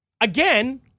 Again